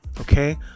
Okay